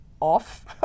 off